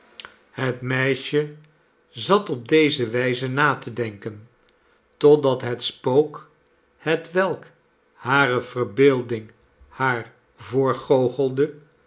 het meisje zat op deze wijze na te denken totdat het spook hetwelk hare verbeelding haar